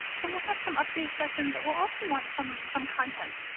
so we'll have some update sessions but we'll also want some some content,